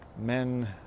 men